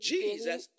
Jesus